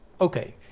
Okay